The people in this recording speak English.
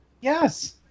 Yes